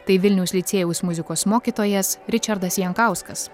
tai vilniaus licėjaus muzikos mokytojas ričardas jankauskas